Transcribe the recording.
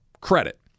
credit